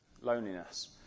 loneliness